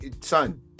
son